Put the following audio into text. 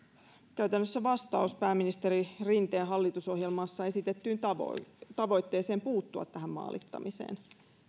käytännössä vastaus pääministeri rinteen hallitusohjelmassa esitettyyn tavoitteeseen puuttua tähän maalittamiseen